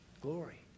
Glory